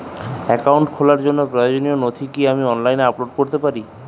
Account খোলার জন্য প্রয়োজনীয় নথি কি আমি অনলাইনে আপলোড করতে পারি?